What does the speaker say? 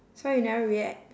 so why you never react